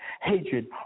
hatred